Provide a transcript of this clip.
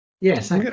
Yes